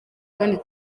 kandi